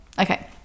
okay